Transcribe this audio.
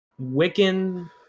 wiccan